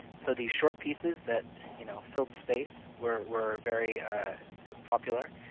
so these short pieces that you know filled space were were very popular,